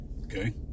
Okay